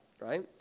right